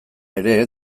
ere